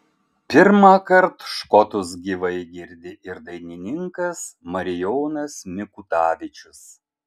pirmąkart škotus gyvai girdi ir dainininkas marijonas mikutavičius